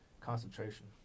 concentration